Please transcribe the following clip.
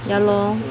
ya lor